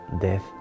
death